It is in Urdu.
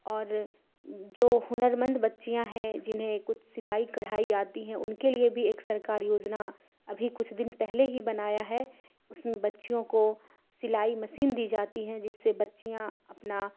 اور جو ہنرمند بچیاں ہیں جنہیں کچھ سلائی کرھائی آتی ہے ان کے لیے بھی ایک سرکار یوجنا ابھی کچھ دن پہلے ہی بنایا ہے اس میں بچیوں کو سلائی مشین دی جاتی ہیں جس سے بچیاں اپنا